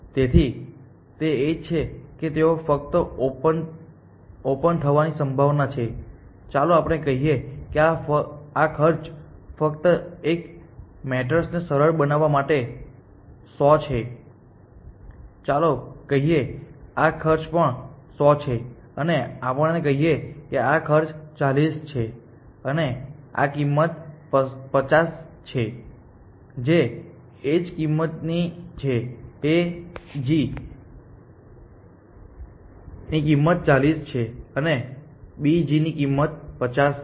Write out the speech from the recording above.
તેથી તે એજ છે કે તેઓ ફક્ત ઓપન થવાની સંભાવના છે ચાલો આપણે કહીએ કે આ ખર્ચ ફક્ત એક મેટર્સને સરળ બનાવવા માટે 100 છે ચાલો કહીએ કે આ ખર્ચ પણ 100 છે અને આપણે કહીએ કે આ ખર્ચ 40 છે અને આ કિંમત 50 છે જે એજ ની કિંમત છે A G એજ ની કિંમત 40 છે અને એજ B G ની કિંમત 50 છે